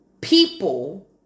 people